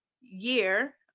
year